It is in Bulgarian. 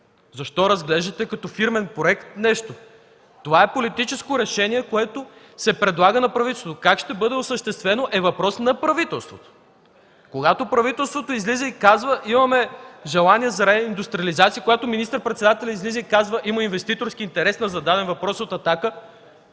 Защо разглеждате нещо като фирмен проект? Това е политическо решение, което се предлага на правителството. Как ще бъде осъществено, е въпрос на правителството. Когато правителството излезе и каже: „Имаме желание за реиндустриализация”, когато министър-председателят излезе и каже: „Има инвеститорски интерес на зададен въпрос от „Атака”,